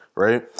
Right